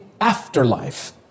afterlife